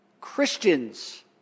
Christians